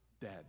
dead